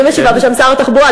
אני משיבה בשם שר התחבורה.